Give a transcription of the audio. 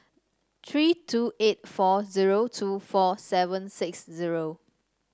three two eight four zero two four seven six zero